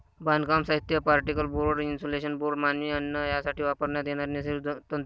बांधकाम साहित्य, particle board, insulation board, मानवी अन्न यासाठी वापरण्यात येणारे नैसर्गिक तंतू